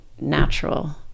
natural